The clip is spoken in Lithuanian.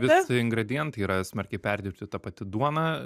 visi ingredientai yra smarkiai perdirbti ta pati duona